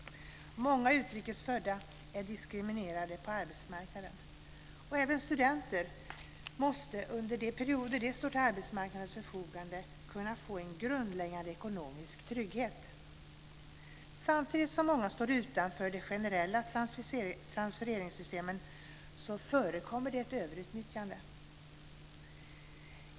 Många utrikes födda är diskriminerade på arbetsmarknaden. Även studenter måste, under de perioder de står till arbetsmarknadens förfogande, kunna få en grundläggande ekonomisk trygghet. Samtidigt som många står utanför de generella transfereringssystemen förekommer ett överutnyttjande.